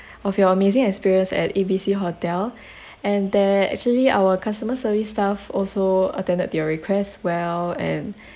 of your amazing experience at A B C hotel and that actually our customer service staff also attended to your requests well and